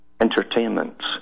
entertainment